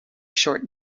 short